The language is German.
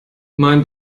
meinen